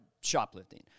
shoplifting